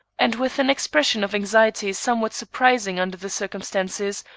and with an expression of anxiety somewhat surprising under the circumstances,